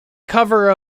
cover